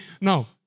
Now